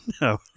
No